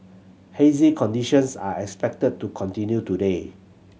hazy conditions are expected to continue today